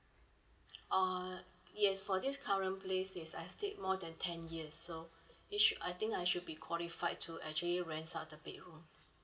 uh yes for this current place yes I stayed more than ten years so it should I think I should be qualified to actually rents out the bedroom